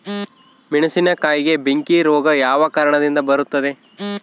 ಮೆಣಸಿನಕಾಯಿಗೆ ಬೆಂಕಿ ರೋಗ ಯಾವ ಕಾರಣದಿಂದ ಬರುತ್ತದೆ?